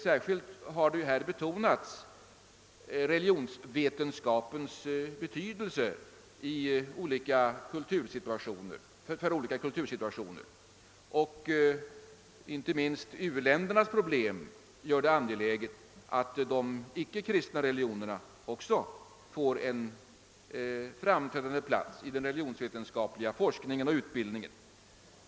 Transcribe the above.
Här har särskilt betonats religionsvetenskapens betydelse för olika kultursituationer. Inte minst u-ländernas problem gör det angeläget att även de ickekristna religionerna får en framträdande plats i den religionsvetenskapliga forskningen och utbildningen.